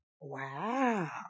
Wow